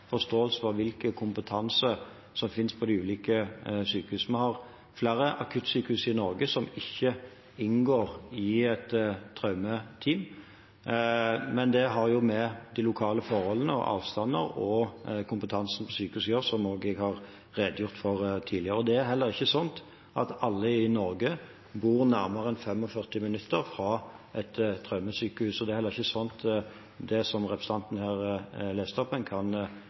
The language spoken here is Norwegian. forståelse av hvilken kompetanse som finnes på de ulike sykehusene. Vi har flere akuttsykehus i Norge som ikke inngår i et traumeteam, men det har med de lokale forholdene, avstander og kompetansen på sykehusene å gjøre, som jeg har redegjort for tidligere. Det er heller ikke sånn at alle i Norge bor nærmere enn 45 minutter fra et traumesykehus. Og det er heller ikke sånn som representanten her leste opp, at en kan